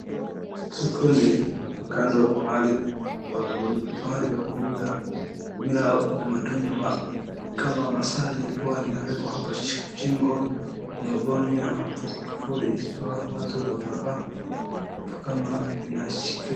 Huku ni kando mahali pa kuuza mila na utamaduni wa kama Maasai hua inawekwa hapo shingo na ingine hapo kufuli, ikiwa watu wanavaa ata kama inashikiwa.